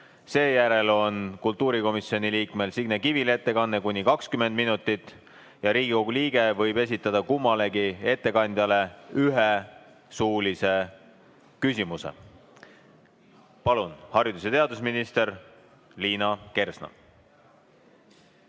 Seejärel on kultuurikomisjoni liikmel Signe Kivil ettekanne, ka kuni 20 minutit. Riigikogu liige võib esitada kummalegi ettekandjale ühe suulise küsimuse. Palun, haridus- ja teadusminister Liina Kersna!